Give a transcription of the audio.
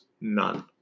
none